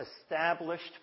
established